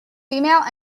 female